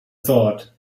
thought